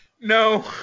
No